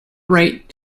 right